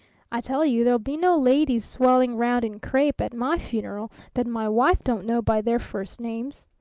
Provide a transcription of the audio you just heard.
i tell you, there'll be no ladies swelling round in crape at my funeral that my wife don't know by their first names!